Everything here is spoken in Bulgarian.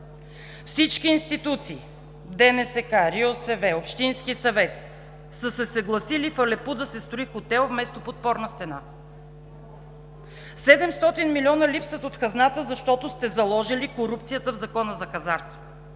Всички институции – ДНСК, РИОСВ, общински съвети, са се съгласили в Алепу да се строи хотел вместо подпорна стена. Седемстотин милиона липсват от хазната, защото сте заложили корупцията в Закона за хазарта,